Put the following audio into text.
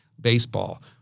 baseball